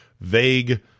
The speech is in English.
vague